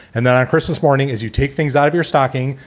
and then on christmas morning, as you take things out of your stocking,